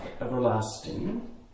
everlasting